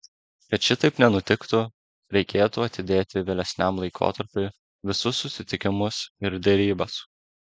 kad šitaip nenutiktų reikėtų atidėti vėlesniam laikotarpiui visus susitikimus ir derybas